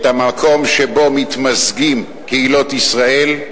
את המקום שבו מתמזגות קהילות ישראל,